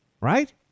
Right